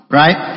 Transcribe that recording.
right